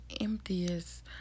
emptiest